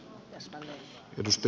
arvoisa herra puhemies